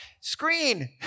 screen